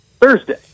Thursday